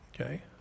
Okay